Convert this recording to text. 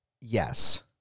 Yes